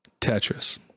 Tetris